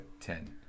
ten